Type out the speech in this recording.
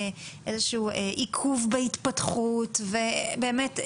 איזשהו עיכוב בהתפתחות ובאמת,